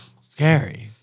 scary